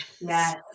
Yes